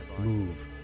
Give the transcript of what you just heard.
move